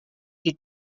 die